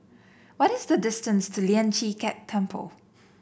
what is the distance to Lian Chee Kek Temple